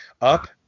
up